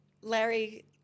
Larry –